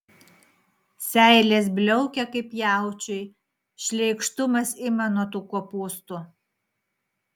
seilės bliaukia kaip jaučiui šleikštumas ima nuo tų kopūstų